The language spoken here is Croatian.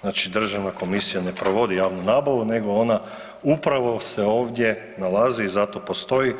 Znači Državna komisija ne provodi javnu nabavu, nego ona upravo se ovdje nalazi i zato postoji